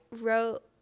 wrote –